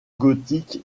gothique